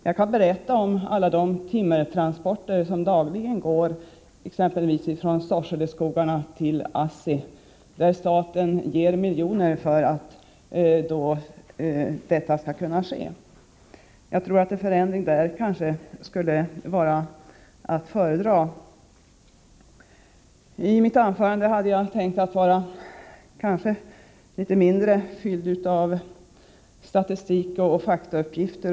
Jag kan berätta om alla de timmertransporter som dagligen går exempelvis ifrån Sorseleskogarna till ASSI. Staten ger miljoner för att detta skall kunna ske. Jag tror att en förändring här skulle vara att föredra. Jag avsåg att mitt anförande skulle vara litet mindre fyllt av statistik och faktauppgifter.